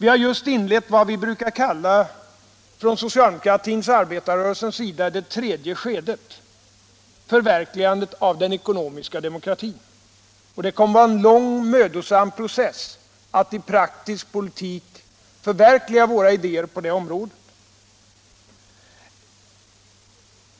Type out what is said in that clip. Vi hade just inlett vad vi inom den socialdemokratiska arbetarrörelsen brukar kalla det tredje skedet — förverkligandet av den ekonomiska demokratin. Det är en lång och mödosam process att i praktisk politik förverkliga våra idéer på det området.